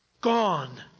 gone